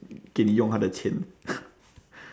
给你用他的钱